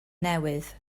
newydd